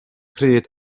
pryd